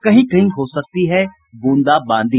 कहीं कहीं हो सकती है ब्रंदाबांदी